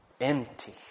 Empty